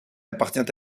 appartient